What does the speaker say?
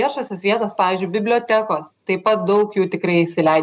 viešosios vietos pavyzdžiui bibliotekos taip pat daug jų tikrai įsileidžia